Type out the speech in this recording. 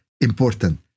important